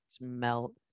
melt